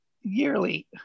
yearly